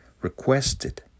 requested